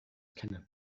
cannot